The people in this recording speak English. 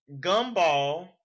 Gumball